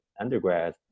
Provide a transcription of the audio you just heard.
undergrad